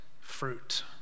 fruit